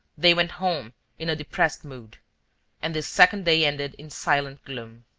they went home in a depressed mood and this second day ended in silent gloom.